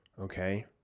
Okay